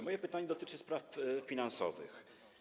Moje pytanie dotyczy spraw finansowych.